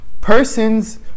persons